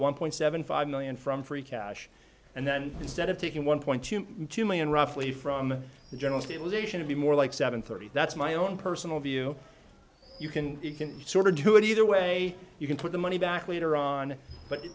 one point seven five million from free cash and then instead of taking one point two million roughly from the general stabilization to be more like seven thirty that's my own personal view you can you can sort of do it either way you can put the money back later on but